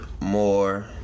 more